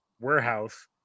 warehouse